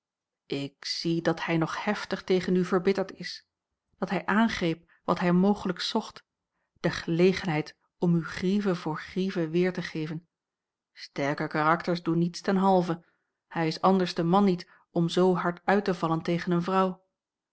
ik zie dat hij nog heftig tegen u verbitterd is dat hij aangreep wat hij mogelijk zocht de gelegenheid om u grieve voor grieve weer te geven sterke karakters doen niets ten halve hij is anders de man niet om zoo hard uit te vallen tegen eene vrouw